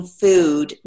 food